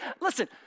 Listen